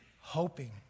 hoping